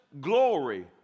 glory